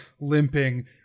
limping